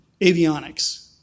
avionics